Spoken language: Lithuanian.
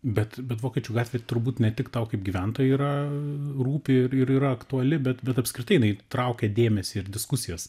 bet bet vokiečių gatvė turbūt ne tik tau kaip gyventojai yra rūpi ir ir yra aktuali bet bet apskritai jinai traukia dėmesį ir diskusijas